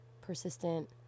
persistent